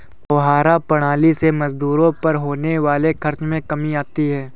फौव्वारा प्रणाली से मजदूरों पर होने वाले खर्च में कमी आती है